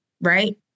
right